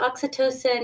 oxytocin